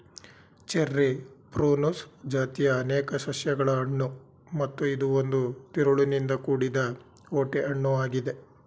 cherry Prunus ಜಾತಿಯ ಅನೇಕ ಸಸ್ಯಗಳ ಹಣ್ಣು ಮತ್ತು ಇದು ಒಂದು ತಿರುಳಿನಿಂದ ಕೂಡಿದ ಓಟೆ ಹಣ್ಣು ಆಗಿದೆ